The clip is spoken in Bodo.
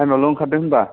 टाइमआवल' ओंखारदो होनबा